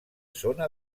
zona